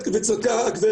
דיברה על זה הגב'